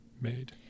made